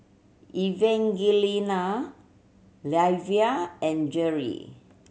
Evangelina Livia and Gerri